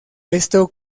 esto